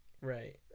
Right